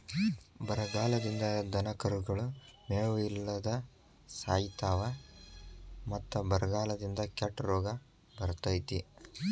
ಬರಗಾಲದಿಂದ ದನಕರುಗಳು ಮೇವು ಇಲ್ಲದ ಸಾಯಿತಾವ ಮತ್ತ ಬರಗಾಲದಿಂದ ಕೆಟ್ಟ ರೋಗ ಬರ್ತೈತಿ